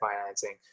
financing